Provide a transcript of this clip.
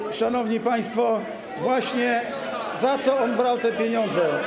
I, szanowni państwo, właśnie za co on brał te pieniądze?